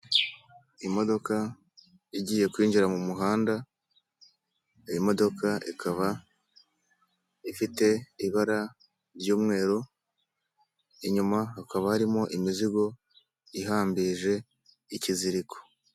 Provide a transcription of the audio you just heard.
Imodoka igiye kwinjira mu muhanda, iyi modoka ikaba ifite ibara ry'umweru; inyuma hakaba harimo imizigo ihambirije ikiziriko.